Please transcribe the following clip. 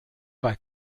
bei